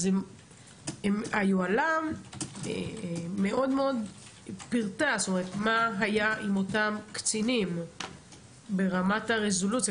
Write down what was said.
אז היוהל"ם מאוד מאוד פירטה מה היה עם אותם קצינים ברמת הרזולוציה.